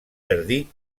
jardí